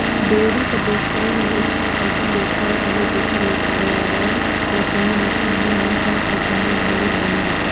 dairy कर बेवसाय हर एकठन अइसन बेवसाय हवे जेखर ले परयाबरन ल कोनों नुकसानी नइ होय अउ कमई घलोक बने होथे